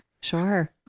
Sure